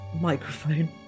microphone